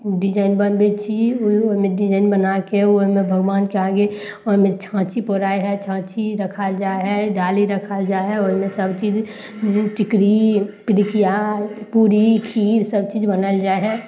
design बनबै छी उ ओइमे डिजाइन बनाके ओइमे भगबान के आगे ओइमे छाँछी पौड़ाइ हइ छाँछी रखल जाइ हइ डाली रखल जाइ हइ ओइमे सभचीज टिकड़ी पीड़िकिया पूरी खीर सभचीज बनल जाइ हइ